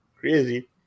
crazy